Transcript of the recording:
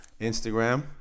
instagram